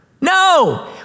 No